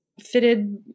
fitted